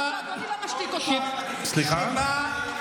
פי התקנון אסור בשום פנים ואופן להגיד,